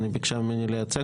היא ביקשה ממני לייצג אותה.